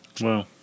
Wow